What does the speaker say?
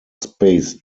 space